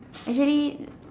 actually